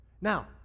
Now